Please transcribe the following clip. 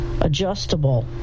Adjustable